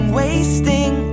wasting